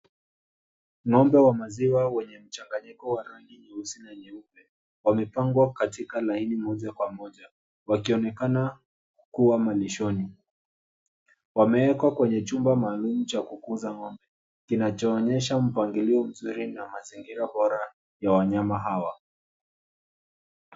Ng'ombe wa maziwa wenye mchanganyiko wa rangi nyeusi na nyeupe wamepangwa katika laini moja kwa moja wakionekana kuwa malishoni. Wamewekwa kwenye chumba maalum cha kukuza ng'ombe, kinachoonyesha mpangilio mzuri na mazingira bora ya wanyama hawa.